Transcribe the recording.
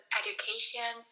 education